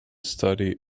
study